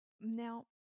Now